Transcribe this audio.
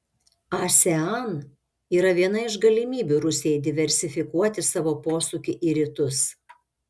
asean yra viena iš galimybių rusijai diversifikuoti savo posūkį į rytus